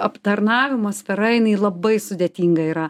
aptarnavimo sfera jinai labai sudėtinga yra